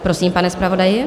Prosím, pane zpravodaji.